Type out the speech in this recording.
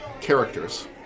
characters